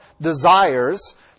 desires